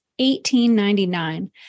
1899